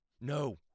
No